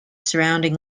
surrounding